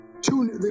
two